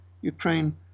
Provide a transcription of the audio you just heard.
Ukraine